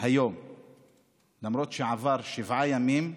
למרות שעברו שבעה ימים,